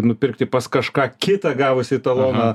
nupirkti pas kažką kitą gavusį taloną